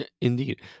Indeed